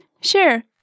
Sure